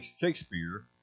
Shakespeare